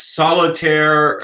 solitaire